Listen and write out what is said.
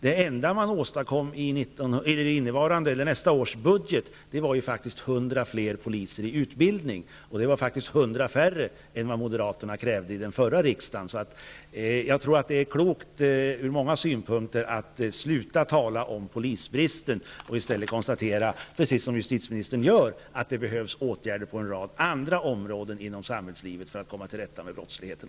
Det enda man åstadkom i nästa års budget var faktiskt 100 fler poliser i utbildning. Men det var faktiskt hundra färre än moderaterna krävde tidigare. Jag tror att det ur många synpunkter är klokt att sluta tala om polisbristen utan i stället konstatera, precis som justitieministern gör, att det behövs åtgärder också på en rad andra områden inom samhällslivet för att man skall komma till rätta med brottsligheten.